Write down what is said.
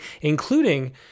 including